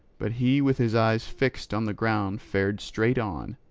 but he with his eyes fixed on the ground fared straight on,